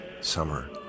Summer